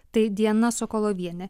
tai diana sokolovienė